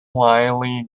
wiley